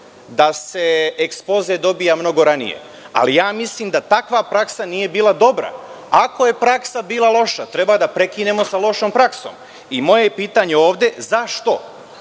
da se ekspoze dobija mnogo ranije, ali mislim da takva praksa nije bila dobra. Ako je praksa bila loša, treba da prekinemo sa lošom praksom. Moje pitanje je – zašto